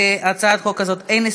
להצעת החוק הזאת אין הסתייגויות,